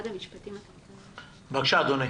בבקשה אדוני.